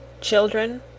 Children